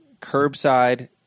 curbside